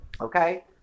Okay